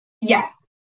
Yes